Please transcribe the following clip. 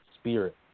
spirit